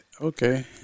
okay